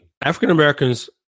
African-Americans